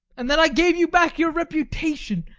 and then i gave you back your reputation.